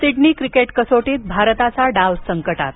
Sydney cricket कसोटीत भारताचा डाव संकटात